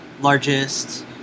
largest